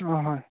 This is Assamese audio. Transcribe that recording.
অঁ হয়